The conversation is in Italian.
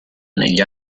negli